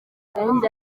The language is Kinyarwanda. gahunda